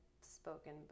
spoken